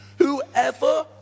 Whoever